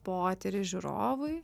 potyrį žiūrovui